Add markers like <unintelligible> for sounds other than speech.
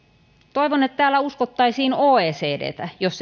toivon että täällä uskottaisiin oecdtä jos <unintelligible>